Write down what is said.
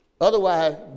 otherwise